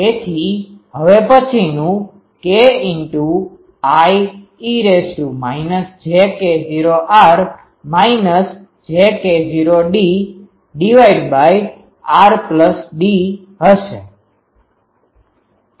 તેથી હવે પછીનુ Ie jK૦r jK૦drd હશે